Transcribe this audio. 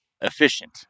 efficient